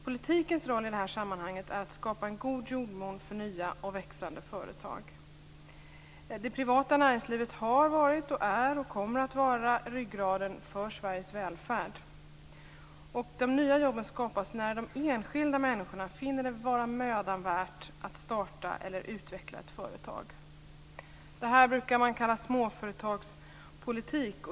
Politikens roll i detta sammanhang är att skapa en god jordmån för nya och växande företag. Det privata näringslivet har varit, är och kommer att vara ryggraden för Sveriges välfärd. De nya jobben skapas när de enskilda människorna finner det vara mödan värt att starta eller utveckla ett företag. Detta brukar kallas småföretagspolitik.